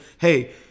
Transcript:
hey